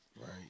Right